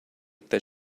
that